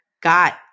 got